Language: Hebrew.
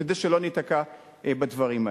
וכדי שלא ניתקע בדברים האלה.